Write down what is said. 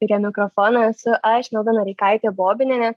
prie mikrofono esu aš olga noreikaitė bobinienė